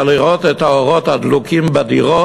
אלא נתחיל לראות את האורות הדלוקים בדירות,